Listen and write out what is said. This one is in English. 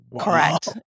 Correct